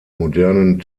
modernen